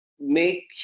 make